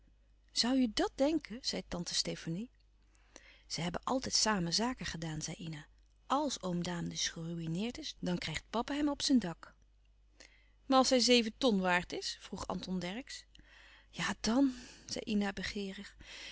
zoû je dat denken zei tante stefanie ze hebben altijd samen zaken gedaan zei ina als oom daan dus geruïneerd is dan krijgt papa hem op zijn dak maar als hij zeven ton waard is vroeg anton dercksz ja dan zei